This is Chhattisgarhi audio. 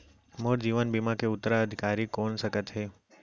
मोर जीवन बीमा के उत्तराधिकारी कोन सकत हे?